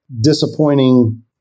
disappointing